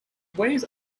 wears